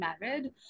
married